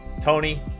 Tony